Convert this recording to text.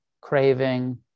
craving